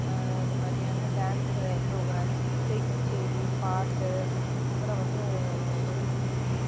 இந்த மாதிரியான dance programs இசை கச்சேரி பாட்டு அப்புறம் வந்து வள்ளிக்கும்மி